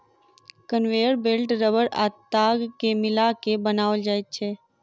conveyor belt रबड़ आ ताग के मिला के बनाओल जाइत छै